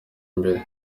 imbere